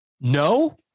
No